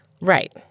right